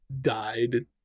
died